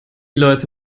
leute